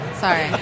Sorry